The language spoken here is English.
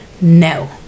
no